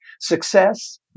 success